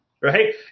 right